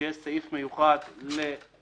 שיהיה סעיף מיוחד למגדלים,